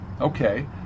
Okay